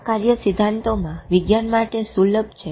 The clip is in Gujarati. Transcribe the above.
આ કાર્યો સિદ્ધાંતમાં વિજ્ઞાન માટે સુલભ છે